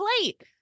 plate